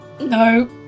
No